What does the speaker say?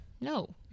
No